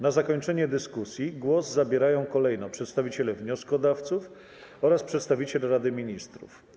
Na zakończenie dyskusji głos zabierają kolejno przedstawiciel wnioskodawców oraz przedstawiciel Rady Ministrów.